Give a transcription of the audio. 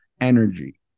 energy